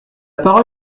parole